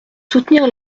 soutenir